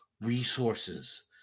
resources